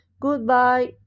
Goodbye